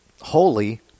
holy